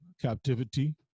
captivity